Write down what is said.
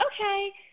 okay